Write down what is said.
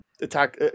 attack